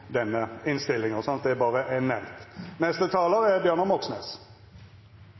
denne innstillinga, slik at det berre er nemnt. Da er